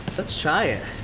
let's try it.